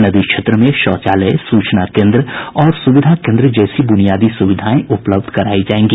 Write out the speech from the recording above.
नदी क्षेत्र में शौचालय सूचना केन्द्र और सुविधा केन्द्र जैसी बुनियादी सुविधाएं उपलब्ध करायी जायेंगी